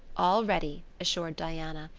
all ready, assured diana,